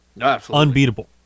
Unbeatable